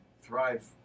thrive